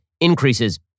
increases